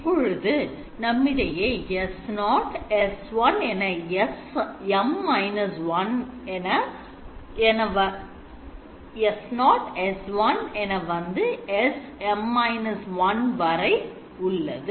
இப்பொழுது நம்மிடையே S0 S1 SM−1 என்பது உள்ளது